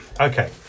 okay